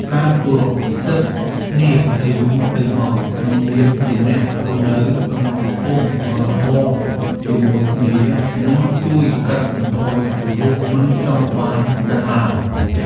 ការគោរពសិទ្ធិគ្នាទៅវិញទៅមកក្នុងនាមជាអ្នករស់នៅក្នុងភូមិរបងជាមួយគ្នានឹងជួយកាត់បន្ថយជម្លោះមិនចង់បានទាំងឡាយ។